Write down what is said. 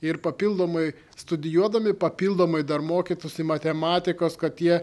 ir papildomai studijuodami papildomai dar mokytųsi matematikos kad jie